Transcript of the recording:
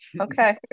okay